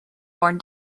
worn